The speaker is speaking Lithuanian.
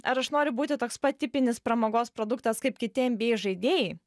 ar aš noriu būti toks pat tipinis pramogos produktas kaip kiti nba žaidėjai